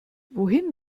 wohin